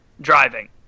driving